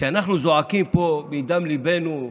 כשאנחנו זועקים פה מדם ליבנו,